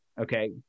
Okay